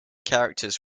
characters